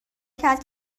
کرد